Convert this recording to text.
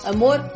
Amor